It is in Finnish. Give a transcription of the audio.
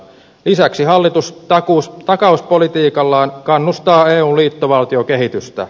lisäksi hallitus takauspolitiikallaan kannustaa eun liittovaltiokehitystä